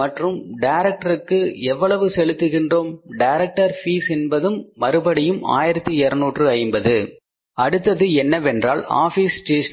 மற்றும் டைரக்டருக்கு எவ்வளவு செலுத்துகின்றோம் டைரக்டர் பீஸ் என்பதும் மறுபடியும் 1250 அடுத்தது என்னவென்றால் ஆபீஸ் ஸ்டேஷனரி